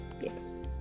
yes